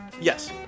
Yes